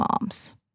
moms